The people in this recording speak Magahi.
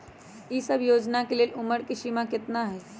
ई सब योजना के लेल उमर के सीमा केतना हई?